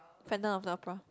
Phantom-of-the-Opera